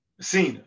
Cena